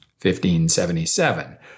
1577